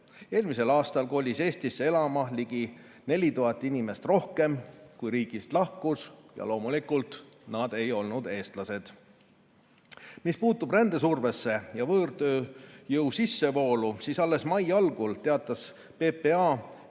Eelmisel aastal kolis Eestisse elama ligi 4000 inimest rohkem, kui riigist lahkus, ja loomulikult ei olnud need põhiliselt eestlased. Mis puutub rändesurvesse ja võõrtööjõu sissevoolu, siis alles mai algul teatas PPA,